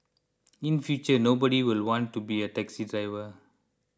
in future nobody will want to be a taxi driver